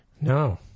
no